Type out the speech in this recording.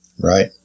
Right